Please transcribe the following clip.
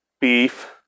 beef